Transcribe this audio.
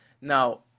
Now